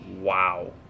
Wow